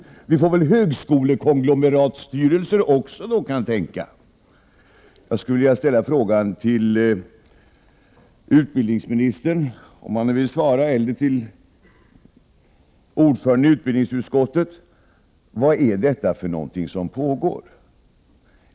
Då får vi kantänka också högskolekonglomeratsstyrelser. Jag skulle vilja fråga utbildningsministern — om han nu vill svara — eller ordföranden i utbildningsutskottet: Vad är det som pågår?